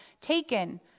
taken